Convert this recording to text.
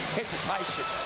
hesitation